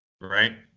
Right